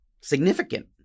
significant